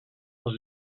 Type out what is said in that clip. els